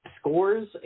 scores